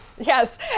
Yes